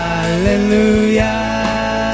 Hallelujah